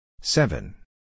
Seven